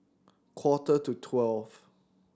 quarter to twelve